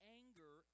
anger